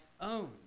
own